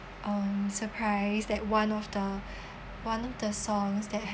um surprised that one of the one of the songs that have